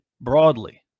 broadly